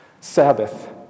Sabbath